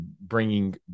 bringing –